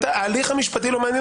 גם תבחינים זה לא מעניין